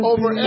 Over